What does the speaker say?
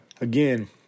Again